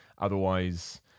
Otherwise